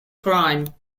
crime